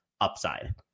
upside